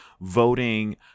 voting